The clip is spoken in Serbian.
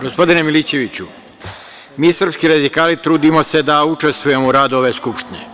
Gospodine Milićeviću, mi srpski radikali trudimo se da učestvujemo u radu ove Skupštine.